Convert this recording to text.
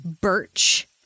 birch